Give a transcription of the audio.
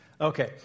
Okay